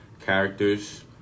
characters